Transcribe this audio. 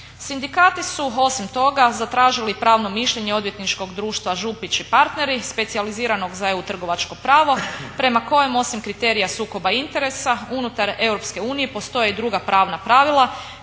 Sindikati su osim toga zatražili pravno mišljenje Odvjetničkog društva Župić i partneri, specijaliziranog za EU trgovačko pravo prema kojem osim kriterija sukoba interesa unutar Europske unije postoje druga pravna pravila